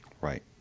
Right